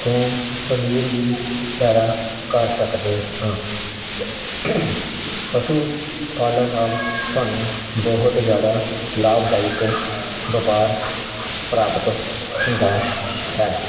ਤੋਂ ਪਨੀਰ ਵੀ ਪੈਦਾ ਕਰ ਸਕਦੇ ਹਾਂ ਪਸ਼ੂ ਪਾਲਣ ਨਾਲ ਸਾਨੂੰ ਬਹੁਤ ਜ਼ਿਆਦਾ ਲਾਭਦਾਇਕ ਵਪਾਰ ਪ੍ਰਾਪਤ ਹੁੰਦਾ ਹੈ